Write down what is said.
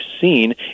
seen